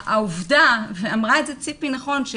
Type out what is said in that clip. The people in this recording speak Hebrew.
אמרה ציפי נכון,